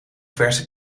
verse